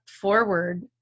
forward